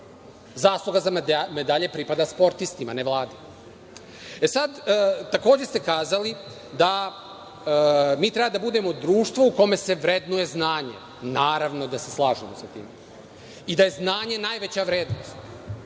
Zasluga za medalje pripada sportistima ne vladi. Takođe ste kazali da mi treba da budemo društvo u kome se vrednuje znanje. Naravno, da se slažemo sa tim i da je znanje najveća vrednost.